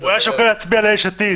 -- הוא היה שוקל להצביע ליש עתיד.